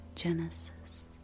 Genesis